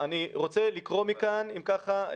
אני רוצה לקרוא מכאן, אם ככה,